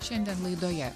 šiandien laidoje